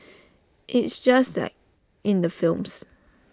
it's just like in the films